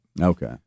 Okay